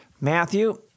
Matthew